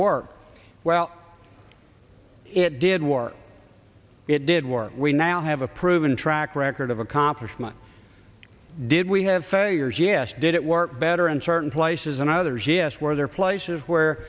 work well it did war it did work we now have a proven track record of accomplishment did we have failures yes did it work better in certain places and others yes were there places where